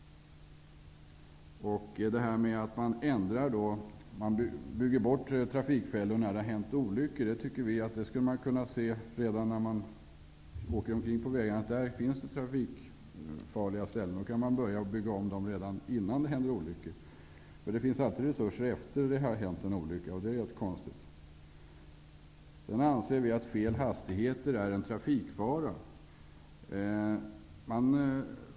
Man bygger bort trafikfällor när det har hänt olyckor. Vi tycker att det borde gå att se redan när man åker omkring på vägarna att det finns trafikfarliga ställen, och då kan man börja bygga om redan innan det händer olyckor. Det finns alltid resurser efter det att det har hänt en olycka, och det är rätt konstigt. Sedan anser vi att fel hastigheter är en trafikfara.